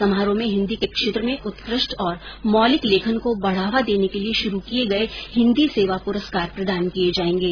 समारोह में हिन्दी के क्षेत्र में उत्कृष्ट और मौलिक लेखन को बढ़ावा देने के लिए शुरू किये गये हिन्दी सेवा पुरस्कार प्रदान किये जायेंगे